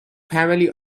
family